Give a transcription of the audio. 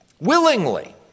willingly